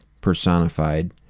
personified